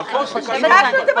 נכון, ביקשנו.